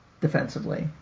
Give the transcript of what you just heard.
defensively